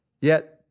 Yet